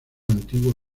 antiguo